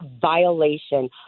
violation